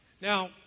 Now